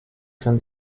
schon